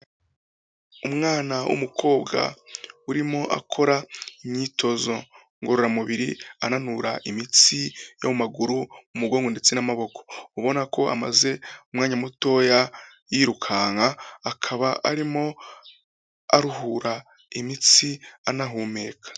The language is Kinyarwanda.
Umwana w'umukobwa urimo akora imyitozo ngororamubiri, ananura imitsi yo maguru, umugongo ndetse n'amaboko, ubona ko amaze umwanya mutoya yirukanka, akaba arimo aruhura imitsi anahumeka.